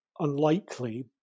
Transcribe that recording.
unlikely